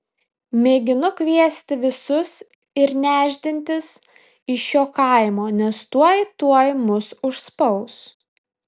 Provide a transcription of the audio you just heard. mėginu kviesti visus ir nešdintis iš šio kaimo nes tuoj tuoj mus užspaus